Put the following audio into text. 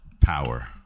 Power